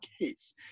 case